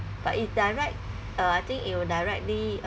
but it direct uh I think it will directly